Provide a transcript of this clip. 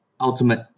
ultimate